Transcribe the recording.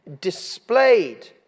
displayed